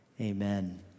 amen